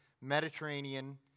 Mediterranean